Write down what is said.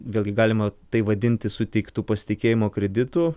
vėlgi galima tai vadinti suteiktu pasitikėjimo kreditu